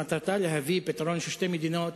שמטרתה להביא פתרון של שתי מדינות,